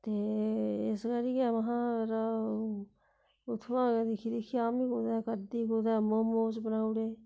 ते इस करियै महां यरो उत्थुआं गै दिक्खी दिक्खियै अम्मी कुदै करदी कुदै मोमोस बनाउड़े